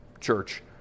church